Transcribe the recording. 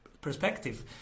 perspective